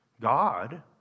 God